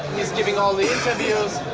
he's giving all the interviews.